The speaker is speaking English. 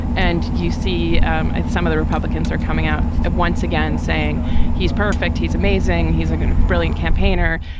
and you see um some of the republicans are coming out at once again saying he's perfect, he's amazing. he's a brilliant campaigner.